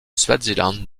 swaziland